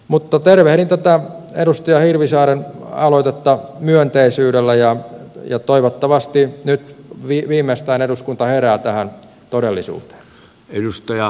mutta tervehdin tätä edustaja hirvisaaren aloitetta myönteisyydellä ja toivottavasti nyt viimeistään eduskunta herää tähän todellisuuteen